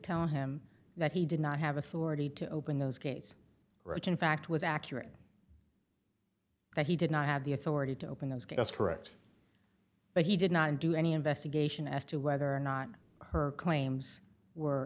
tell him that he did not have authority to open those gates writes in fact was accurate that he did not have the authority to open those guest correct but he did not do any investigation as to whether or not her claims were